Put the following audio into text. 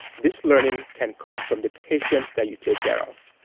this learning can come from the patients that you take care of,